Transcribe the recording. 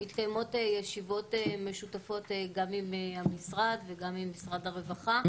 מתקיימות ישיבות משותפות גם עם המשרד וגם עם משרד הרווחה.